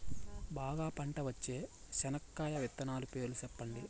బాగా పంట వచ్చే చెనక్కాయ విత్తనాలు పేర్లు సెప్పండి?